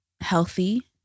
healthy